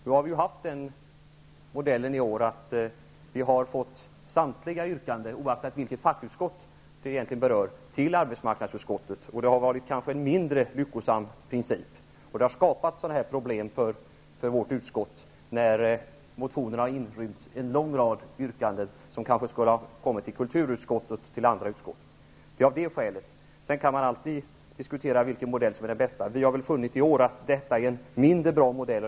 Vi har i år haft den modellen att vi har fått samtliga yrkanden till arbetsmarknadsutskottet, oavsett vilket fackutskott de egentligen berör. Det har kanske varit en mindre lyckosam princip. Det har skapat problem av detta slag för vårt utskott, när motioner har inrymt en lång rad yrkanden som kanske skulle ha kommit till kulturutskottet eller andra utskott. Det är skälet. Sedan kan man alltid diskutera vilken modell som är den bästa. Vi har i år funnit att detta är en mindre bra modell.